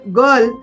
girl